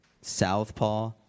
Southpaw